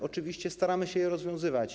Oczywiście staramy się je rozwiązywać.